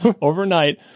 overnight